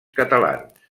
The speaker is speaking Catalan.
catalans